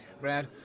Brad